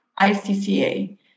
ICCA